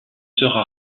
sera